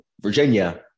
Virginia